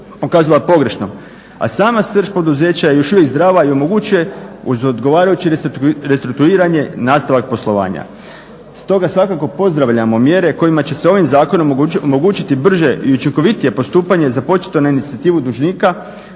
a sama srž poduzeća još uvijek zdrava i omogućuje uz odgovarajuće restrukturiranje nastavak poslovanja. Stoga svakako pozdravljamo mjere kojima će se ovim zakonom omogućiti brže i učinkovitije postupanje započeto na inicijativu dužnika